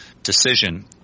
decision